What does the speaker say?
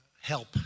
help